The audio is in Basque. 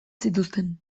zituzten